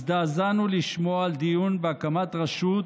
הזדעזענו לשמוע על דיון בהקמת רשות